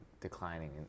declining